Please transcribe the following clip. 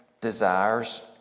desires